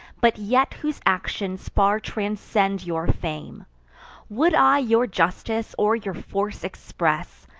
but yet whose actions far transcend your fame would i your justice or your force express,